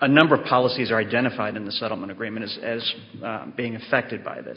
a number of policies are identified in the settlement agreements as being affected by this